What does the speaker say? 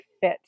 fit